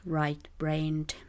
right-brained